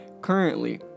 currently